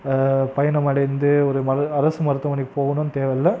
பயணமடைந்து ஒரு நல்ல அரசு மருத்துவமனைக்கு போகணும் தேவையில்ல